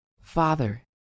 Father